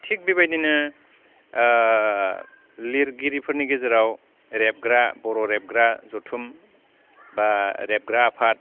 थिग बेबायदिनो लिरगिरिफोरनि गेजेराव रेबग्रा बर' रेबग्रा जथुम बा रेबग्रा आफाद